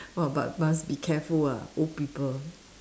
!wah! but must be careful ah old people